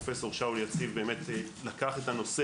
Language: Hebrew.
פרופ' שאול יציב באמת לקח את הנושא